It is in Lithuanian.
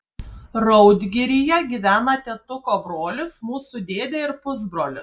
raudgiryje gyvena tėtuko brolis mūsų dėdė ir pusbrolis